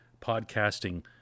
Podcasting